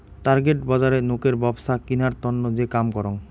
target বজারে নোকের ব্যপছা কিনার তন্ন যে কাম করং